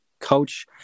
coach